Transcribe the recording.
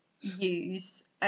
use